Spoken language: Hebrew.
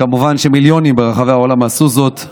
וכמובן שמיליונים ברחבי העולם עשו זאת.